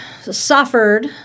suffered